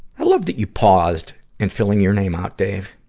i love that you paused in filling your name out, dave.